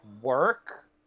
work